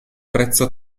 prezzo